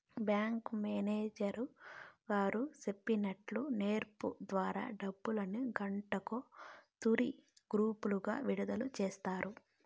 bank manager గారు సెప్పినట్టు NEFT ద్వారా డబ్బుల్ని గంటకో తూరి గ్రూపులుగా విడదల సేస్తారు